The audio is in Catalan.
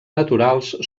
naturals